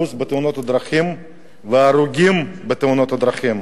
בתאונות הדרכים ובהרוגים בתאונות הדרכים,